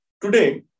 Today